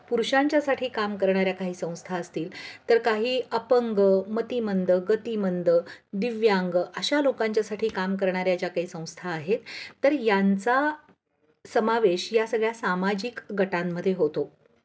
पुरुषांच्यासाठी काम करणाऱ्या काही संस्था असतील तर काही अपंग मतिमंद गतिमंद दिव्यांंग अशा लोकांच्यासाठी काम करणाऱ्या ज्या काही संस्था आहेत तर यांचा समावेश या सगळ्या सामाजिक गटांमध्ये होतो